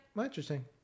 interesting